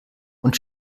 und